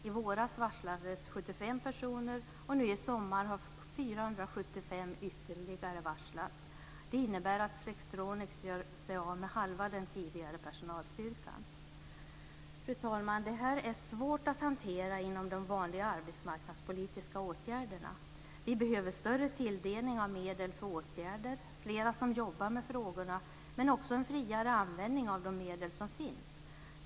I våras varslades 75 personer, och nu i sommar har ytterligare 475 varslats. Det innebär att Flextronics gör sig av med halva den tidigare personalstyrkan. Fru talman! Allt det här är svårt att hantera inom de vanliga arbetsmarknadspolitiska åtgärderna. Vi behöver större tilldelning av medel för åtgärder och flera som jobbar med frågorna, men också en friare användning av de medel som finns.